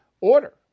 order